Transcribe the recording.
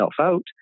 out